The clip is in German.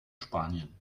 spanien